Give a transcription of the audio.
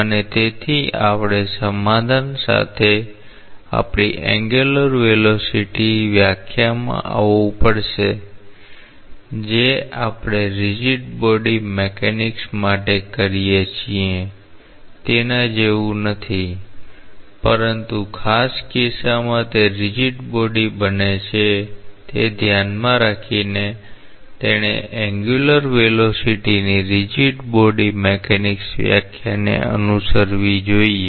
અને તેથી આપણે સમાધાન સાથે આપણી એન્ગ્યુલર વેલોસીટી વ્યાખ્યામાં આવવું પડશે જે આપણે રીજીડ બોડી મિકેનિક્સ માટે કરીએ છીએ તેના જેવું નથી પરંતુ ખાસ કિસ્સામાં કે તે રીજીડ બોડી બને છે તે ધ્યાનમાં રાખીને તેણે એન્ગ્યુલર વેલોસીટીની રીજીડ બોડી મિકેનિક્સ વ્યાખ્યાને અનુસરવી જોઈએ